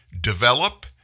develop